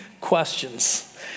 questions